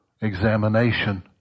examination